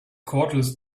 cordless